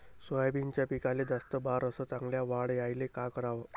सोयाबीनच्या पिकाले जास्त बार अस चांगल्या वाढ यायले का कराव?